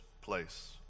place